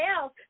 else